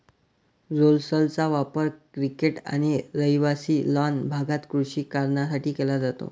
रोलर्सचा वापर क्रिकेट आणि रहिवासी लॉन भागात कृषी कारणांसाठी केला जातो